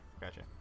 Gotcha